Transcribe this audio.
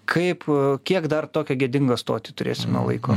kaip kiek dar tokią gėdingą stotį turėsime laiko